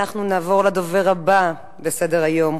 אנחנו נעבור לדובר הבא בסדר-היום,